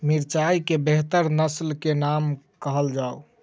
मिर्चाई केँ बेहतर नस्ल केँ नाम कहल जाउ?